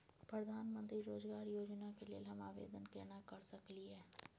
प्रधानमंत्री रोजगार योजना के लेल हम आवेदन केना कर सकलियै?